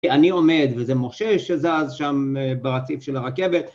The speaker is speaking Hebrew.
אני עומד וזה משה שזז שם ברציף של הרכבת